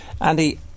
Andy